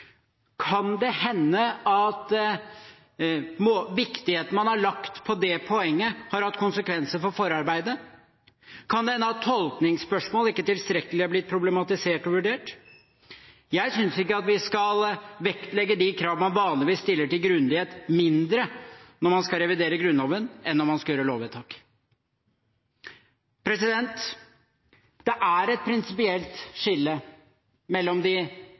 Kan det hende at vekten man har lagt på det poenget, har hatt konsekvenser for forarbeidet? Kan det hende at tolkningsspørsmål ikke tilstrekkelig har blitt problematisert og vurdert? Jeg synes ikke at vi skal vektlegge de krav man vanligvis stiller til grundighet mindre når man skal revidere Grunnloven, enn når man skal gjøre lovvedtak. Det er et prinsipielt skille mellom de